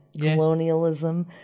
colonialism